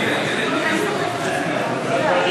זה פסוק